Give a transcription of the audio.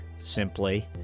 simply